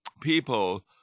people